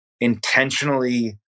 intentionally